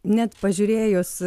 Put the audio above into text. net pažiūrėjus